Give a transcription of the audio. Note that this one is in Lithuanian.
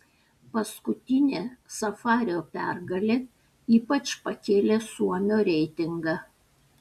paskutinė safario pergalė ypač pakėlė suomio reitingą